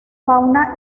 fauna